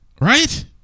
Right